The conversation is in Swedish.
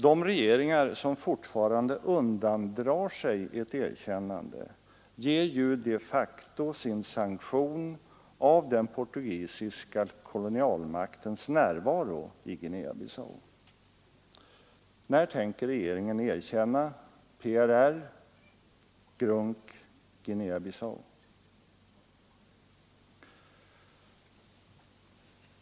De regeringar som fortfarande undandrar sig ett erkännande ger ju de facto sin sanktion åt den portugisiska kolonialmaktens närvaro i Guinea-Bissau. När tänker regeringen erkänna PRR, GRUNC och Guinea-Bissau?